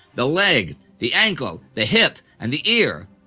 the leg, the ankle, the hip, and the ear,